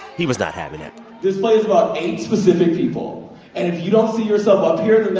he was not having it this play is about eight specific people. and if you don't see yourself up here,